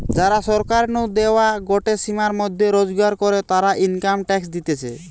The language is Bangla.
যারা সরকার নু দেওয়া গটে সীমার মধ্যে রোজগার করে, তারা ইনকাম ট্যাক্স দিতেছে